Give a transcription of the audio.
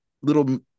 little